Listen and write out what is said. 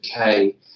okay